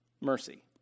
mercy